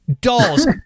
dolls